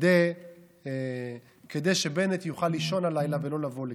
כדי שבנט יוכל לישון הלילה ולא לבוא לכאן.